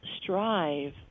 strive